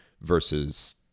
versus